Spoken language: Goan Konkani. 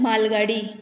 म्हालगाडी